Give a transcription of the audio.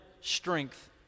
strength